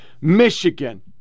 Michigan